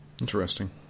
Interesting